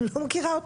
לא מכירה.